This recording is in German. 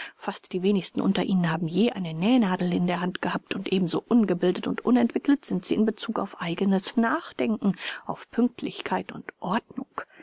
fast die wenigsten unter ihnen haben je eine nähnadel in der hand gehabt und ebenso ungebildet und unentwickelt sind sie in bezug auf eigenes nachdenken auf pünktlichkeit und ordnung